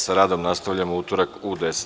Sa radom nastavljamo u utorak u 10,